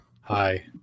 Hi